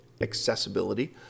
accessibility